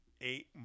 eight